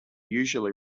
usually